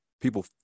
people